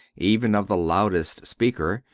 even of the loudest speaker,